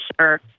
sir